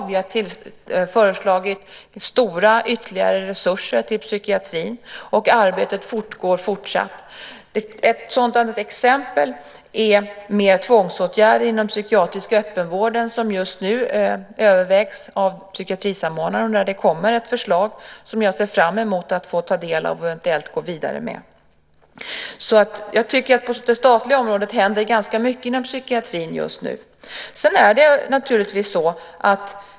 Vi har föreslagit stora ytterligare resurser till psykiatrin. Arbetet fortgår. Ett exempel är tvångsåtgärder inom den psykiatriska öppenvården som just nu övervägs av psykiatrisamordnaren. Det kommer ett förslag som jag ser fram emot att få ta del av och eventuellt gå vidare med. Jag tycker att det händer ganska mycket på det statliga området inom psykiatrin just nu.